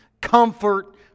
comfort